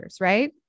right